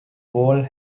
walls